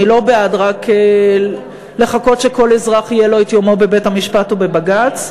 אני לא בעד רק לחכות שלכל אזרח יהיה את יומו בבית-המשפט או בבג"ץ.